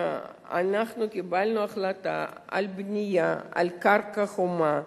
קיבלנו החלטה על בנייה על קרקע חומה.